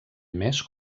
més